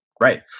right